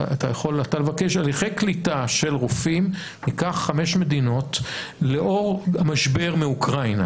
הליכי קליטה של רופאים בחמש מדינות לאור המשבר מאוקראינה.